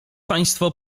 państwo